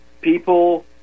people